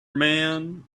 man